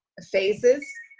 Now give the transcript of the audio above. ah phases.